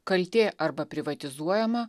kaltė arba privatizuojama